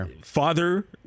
father